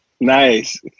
Nice